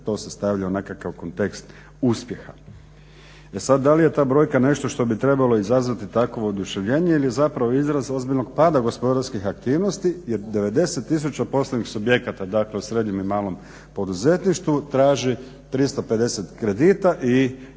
se stavlja u nekakav kontekst uspjeha. E sada da li je ta brojka nešto što bi trebalo izazvati takvo oduševljenje ili je izraz ozbiljnog pada gospodarskih aktivnosti jer 90 tisuća poslovnih subjekata u srednjem i malom poduzetništvu traži 350 kredita i